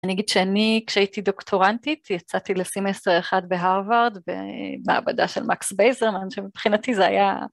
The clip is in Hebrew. אני אגיד שאני כשהייתי דוקטורנטית יצאתי לסימסטר אחד בהרווארד בעבודה של מקס בייזרמן שמבחינתי זה היה